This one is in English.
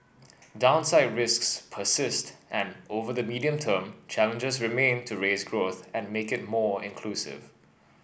downside risks persist and over the medium term challenges remain to raise growth and make it more inclusive